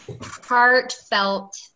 heartfelt